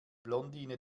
blondine